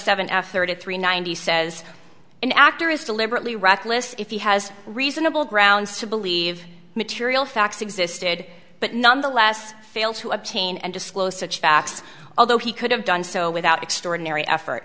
thirty three ninety says an actor is deliberately reckless if he has reasonable grounds to believe material facts existed but nonetheless failed to obtain and disclose such facts although he could have done so without extraordinary effort